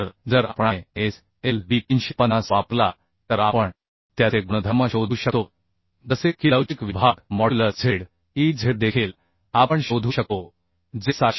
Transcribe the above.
तर जर आपण ISLB 350 वापरला तर आपण त्याचे गुणधर्म शोधू शकतो जसे की लवचिक विभाग मॉड्युलस Zez देखील आपण शोधू शकतो जे 751